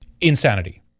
insanity